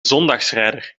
zondagsrijder